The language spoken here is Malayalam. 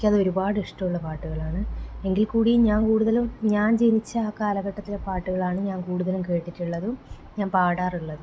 എനിക്ക് ഒരുപാട് ഇഷ്ടമുള്ള പാട്ടുകളാണ് എങ്കിൽ കൂടി ഞാൻ കൂടുതലും ഞാൻ ജനിച്ച ആ കാലഘട്ടത്തിലെ പാട്ടുകളാണ് ഞാൻ കൂടുതലും കേട്ടിട്ടുള്ളതും ഞാൻ പാടാറുള്ളതും